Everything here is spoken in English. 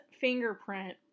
fingerprint